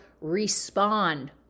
respond